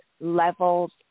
levels